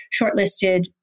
shortlisted